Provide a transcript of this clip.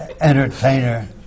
entertainer